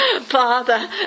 father